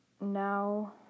now